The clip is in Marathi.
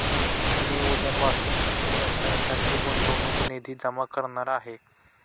मी उद्यापासून नवीन व्यवसायासाठी गुंतवणूक निधी जमा करणार आहे